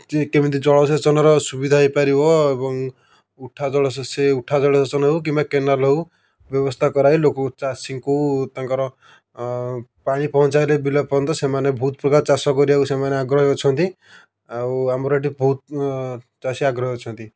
କିଏ କେମିତି ଜଳ ସେଚନର ସୁବିଧା ହୋଇପାରିବ ଏବଂ ସିଏ ଉଠା ଜଳସେଚନ ହେଉ କିମ୍ବା କେନାଲ ହେଉ ବ୍ୟବସ୍ଥା କରାଇ ଲୋକଙ୍କୁ ଚାଷୀଙ୍କୁ ତାଙ୍କର ପାଣି ପହଞ୍ଚାଇଲେ ବିଲ ପର୍ଯ୍ୟନ୍ତ ସେମାନେ ବହୁତ ପ୍ରକାର ଚାଷ କରିବାକୁ ସେମାନେ ଆଗ୍ରହୀ ଅଛନ୍ତି ଆଉ ଆମର ଏଠି ବହୁତ ଚାଷୀ ଆଗ୍ରହୀ ଅଛନ୍ତି